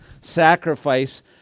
sacrifice